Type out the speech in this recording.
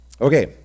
Okay